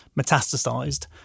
metastasized